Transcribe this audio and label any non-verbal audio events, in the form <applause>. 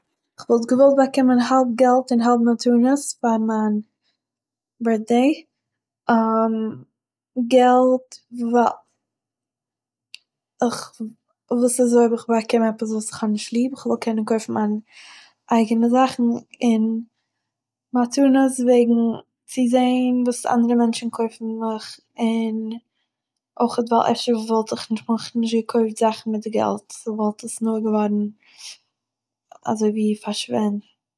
כ'וואלט געוואלט באקומען האלב געלט און האלב מתנות פאר מיין בירט'דעי, <hesitation> געלט - ווייל איך- וואס איז אויב איך באקום עפעס וואס איך האב נישט ליב, איך וויל קענען קויפן מיינע אייגענע זאכן, און מתנות - וועגן צו זעהן וואס אנדערע מענטשן קויפן מיך און, אויכ'עט ווייל אפשר וואלט איך מיך נישט געקויפט זאכן מיט געלט, וואלט עס נאר געווארן אזויווי פארשווענדט